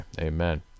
Amen